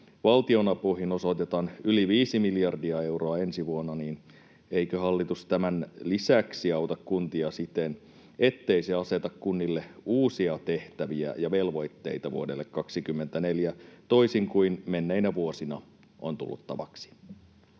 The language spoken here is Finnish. valtionapuihin osoitetaan yli viisi miljardia euroa ensi vuonna, niin eikö hallitus tämän lisäksi auta kuntia siten, ettei se aseta kunnille uusia tehtäviä ja velvoitteita vuodelle 24, toisin kuin menneinä vuosina on tullut tavaksi?